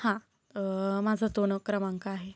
हां माझं तो न क्रमांक आहे